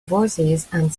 voicesand